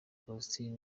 faustin